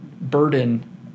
burden